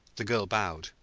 the girl bowed,